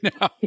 now